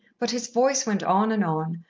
but his voice went on and on,